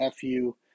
FU